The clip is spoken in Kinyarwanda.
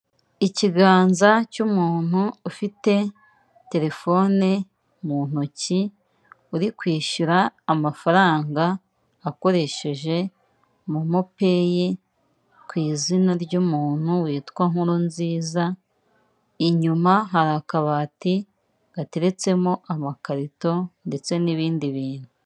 Ikiganza cy'umuntu ufite telefone mu ntoki, uri kwishyura amafaranga akoresheje mu momo peyi ku izina ry'umuntu witwa Nkurunziza, inyuma hari akabati gateretsemo amakarito ndetse n'ibindi bintu.